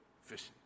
fishing